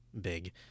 big